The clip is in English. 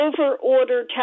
over-order